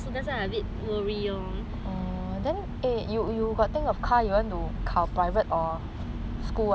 loh